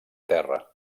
terra